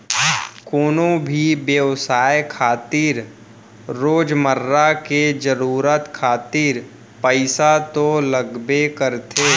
कोनो भी बेवसाय खातिर रोजमर्रा के जरुरत खातिर पइसा तो लगबे करथे